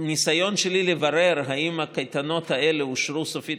ניסיון שלי לברר אם הקייטנות האלה אושרו סופית